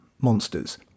monsters